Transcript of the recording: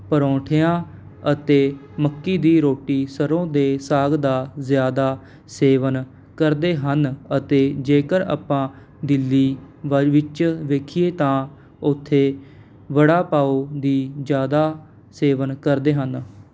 ਪਰੌਂਠਿਆਂ ਅਤੇ ਮੱਕੀ ਦੀ ਰੋਟੀ ਸਰ੍ਹੋਂ ਦੇ ਸਾਗ ਦਾ ਜ਼ਿਆਦਾ ਸੇਵਨ ਕਰਦੇ ਹਨ ਅਤੇ ਜੇਕਰ ਆਪਾਂ ਦਿੱਲੀ ਵੱਲ ਵਿੱਚ ਵੇਖੀਏ ਤਾਂ ਉੱਥੇ ਬੜਾ ਪਾਓ ਦੀ ਜ਼ਿਆਦਾ ਸੇਵਨ ਕਰਦੇ ਹਨ